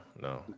no